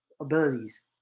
abilities